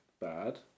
bad